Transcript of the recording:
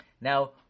Now